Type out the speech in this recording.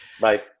Bye